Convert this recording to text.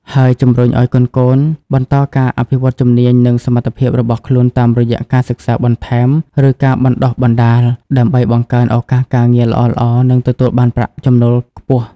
ហើយជំរុញឱ្យកូនៗបន្តការអភិវឌ្ឍជំនាញ និងសមត្ថភាពរបស់ខ្លួនតាមរយៈការសិក្សាបន្ថែម ឬការបណ្ដុះបណ្ដាល ដើម្បីបង្កើនឱកាសការងារល្អៗ និងទទួលបានប្រាក់ចំណូលខ្ពស់។